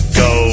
go